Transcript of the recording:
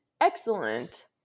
excellent